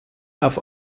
auf